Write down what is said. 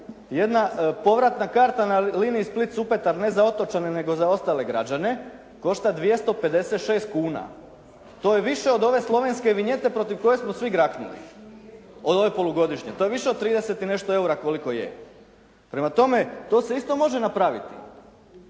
jedna povratna karta na liniji Split-Supetar ne za otočane nego za ostale građane košta 256 kuna. To je više od ove slovenske vinjete protiv koje smo svi graknuli. Od ove polugodišnje. To je više od 30 i nešto EUR-a koliko je. Prema tome to se isto može napraviti.